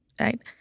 Right